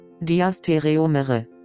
Diastereomere